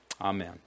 amen